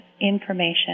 information